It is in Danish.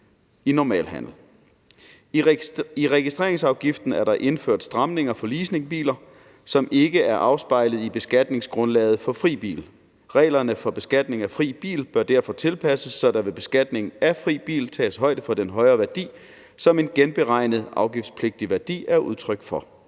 I registreringsafgiften er der indført stramninger for leasede biler, som ikke er afspejlet i beskatningsgrundlaget for fri bil. Reglerne for beskatning af fri bil bør derfor tilpasses, så der ved beskatning af fri bil tages højde for den højere værdi, som en genberegnet afgiftspligtig værdi er udtryk for.